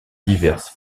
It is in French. diverses